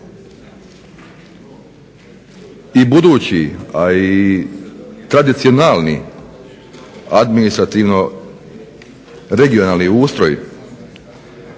i budući a i tradicionalni administrativno regionalni ustroj